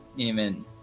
Amen